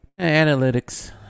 Analytics